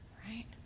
right